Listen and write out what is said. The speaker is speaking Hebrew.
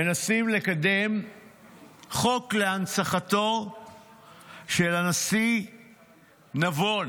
מנסים לקדם חוק להנצחתו של הנשיא נבון,